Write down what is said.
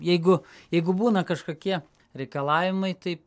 jeigu jeigu būna kažkokie reikalavimai tai